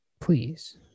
Please